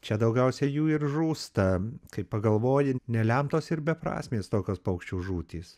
čia daugiausia jų ir žūsta kai pagalvoji nelemtos ir beprasmės tokios paukščių žūtys